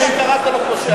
הרגע קראת לו פושע.